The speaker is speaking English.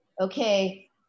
okay